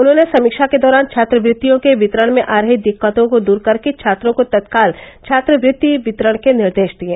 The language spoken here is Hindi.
उन्होंने समीक्षा के दौरान छात्रवृत्तियों के वितरण में आ रही दिक्कतों को दूर करके छात्रों को तत्काल छात्रवृत्ति वितरण के निर्देश दिये